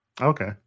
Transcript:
Okay